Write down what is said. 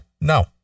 No